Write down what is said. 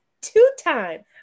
two-time